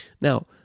Now